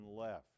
left